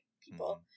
people